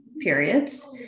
periods